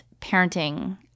parenting